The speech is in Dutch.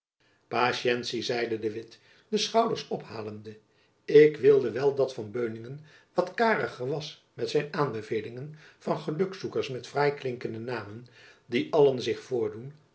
zeide de witt de schouders ophalende ik wilde wel dat van beuningen wat kariger was met zijn aanbevelingen van gelukzoekers met fraaiklinkende namen die allen zich voordoen